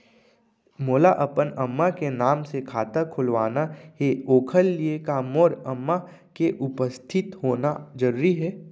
मोला अपन अम्मा के नाम से खाता खोलवाना हे ओखर लिए का मोर अम्मा के उपस्थित होना जरूरी हे?